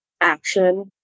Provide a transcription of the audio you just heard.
action